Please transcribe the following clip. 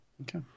Okay